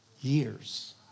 years